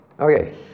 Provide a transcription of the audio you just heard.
Okay